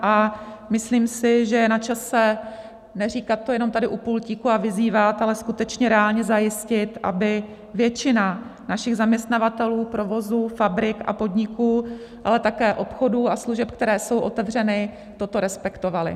A myslím si, že je načase neříkat to jenom tady u pultíku a vyzývat, ale skutečně reálně zajistit, aby většina našich zaměstnavatelů, provozů, fabrik a podniků, ale také obchodů a služeb, které jsou otevřeny, toto respektovala.